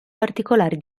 particolari